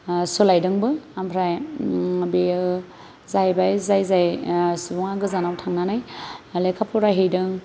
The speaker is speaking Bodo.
सोलायदों बो आमफ्राय बियो जायबाय जाय जाय सुबुंआ गोजानाव थानानै लेखा फरायहैदों